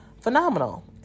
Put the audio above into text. phenomenal